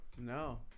No